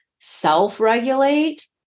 self-regulate